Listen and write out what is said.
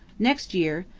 next year,